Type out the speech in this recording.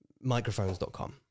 microphones.com